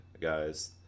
guys